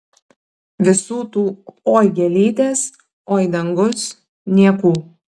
visų tų oi gėlytės oi dangus niekų